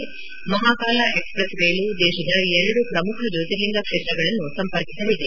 Mahakala express ರೈಲು ದೇಶದ ಎರಡು ಪ್ರಮುಖ ಜ್ಜೋರ್ತಿಲಿಂಗ ಕ್ಷೇತ್ರಗಳನ್ನು ಸಂಪರ್ಕಿಸಲಿದೆ